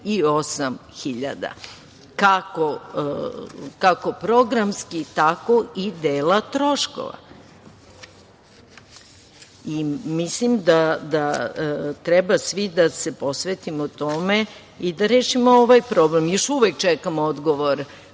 hiljada, kako programski, tako i dela troškova. Mislim treba svi da se posvetimo tome i da rešimo ovaj problem. Još uvek čekamo odgovor